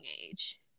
age